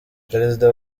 perezida